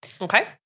Okay